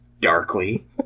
darkly